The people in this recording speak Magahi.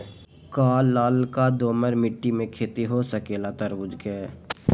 का लालका दोमर मिट्टी में खेती हो सकेला तरबूज के?